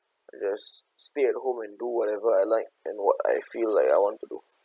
I just stay at home and do whatever I like and what I feel like I want to do